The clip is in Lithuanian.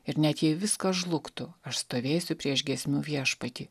ir net jei viskas žlugtų aš stovėsiu prieš giesmių viešpatį